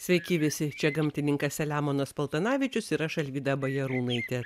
sveiki visi čia gamtininkas selemonas paltanavičius ir aš alvyda bajarūnaitė